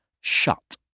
shut